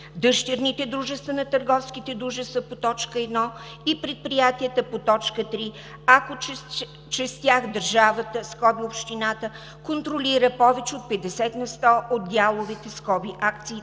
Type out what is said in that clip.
дъщерните дружества на търговските дружества по т. 1 и предприятията по т. 3, ако чрез тях държавата, общината, контролира повече от 50 на сто от дяловете, акциите,